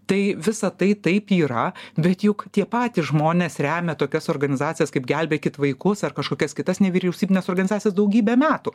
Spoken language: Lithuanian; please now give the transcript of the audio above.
tai visa tai taip yra bet juk tie patys žmonės remia tokias organizacijas kaip gelbėkit vaikus ar kažkokias kitas nevyriausybines organizacijas daugybę metų